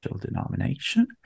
denomination